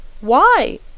Why